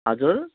हजुर